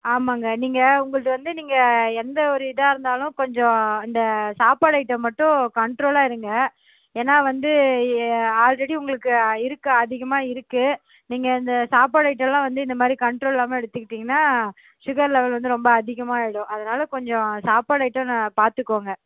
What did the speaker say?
ஆமாங்க நீங்கள் உங்களது வந்து நீங்கள் எந்த ஒரு இதாக இருந்தாலும் கொஞ்சம் இந்த சாப்பாடு ஐட்டம் மட்டும் கண்ட்ரோலாக இருங்க ஏன்னால் வந்து ஆல்ரெடி உங்களுக்கு இருக்குது அதிகமாக இருக்குது நீங்கள் இந்த சாப்பாடு ஐட்டமெலாம் வந்து இந்த மாதிரி கண்ட்ரோல் இல்லாமல் எடுத்துக்கிட்டிங்கன்னால் சுகர் லெவல் வந்து ரொம்ப அதிகமாக ஆகிடும் அதனால் கொஞ்சம் சாப்பாடு ஐட்டம் நா பார்த்துக்கோங்க